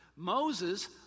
Moses